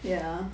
ya